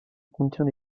contient